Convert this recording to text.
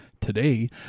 Today